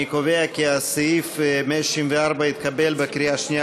אני קובע כי סעיף 164 התקבל בקריאה שנייה,